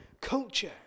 culture